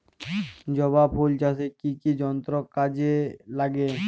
জবা ফুল চাষে কি কি যন্ত্র কাজে লাগে?